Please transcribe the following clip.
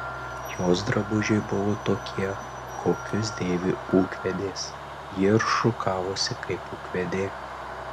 jos drabužiai buvo tokie kokius dėvi ūkvedės ji ir šukavosi kaip ūkvedė